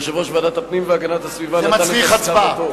יושב-ראש ועדת הפנים והגנת הסביבה נתן את הסכמתו,